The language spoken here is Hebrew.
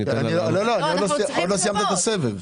עוד לא סיימת את הסבב.